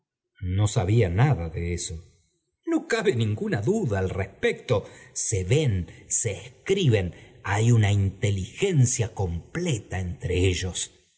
no sabía nada de eso no cabe ninguna duda al respecto se ven se escriben hay una inteligencia completa entre ellos